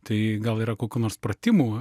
tai gal yra kokių nors pratimų